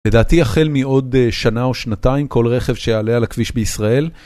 לדעתי החל מעוד שנה או שנתיים כל רכב שיעלה על הכביש בישראל.